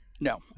no